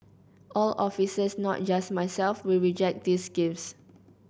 all officers not just myself will reject these gifts